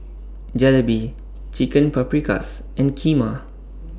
Jalebi Chicken Paprikas and Kheema